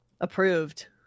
Approved